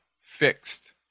fixed